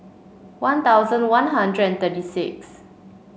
One Thousand One Hundred and thirty six